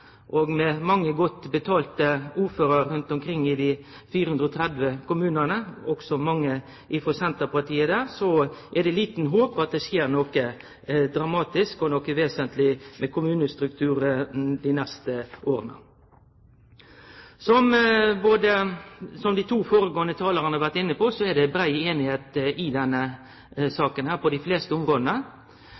at med ein kommunalminister frå Senterpartiet og med mange godt betalte ordførarar rundt omkring i dei 430 kommunane, også frå Senterpartiet, er det lite håp om at det skjer noko dramatisk og vesentleg med kommunestrukturen dei neste åra. Som dei to førre talarane har vore inne på, er det brei semje på dei fleste områda